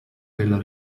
della